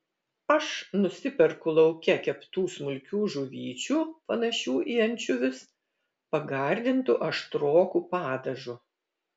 aš nusiperku lauke keptų smulkių žuvyčių panašių į ančiuvius pagardintų aštroku padažu